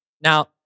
Now